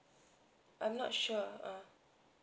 I'm not sure uh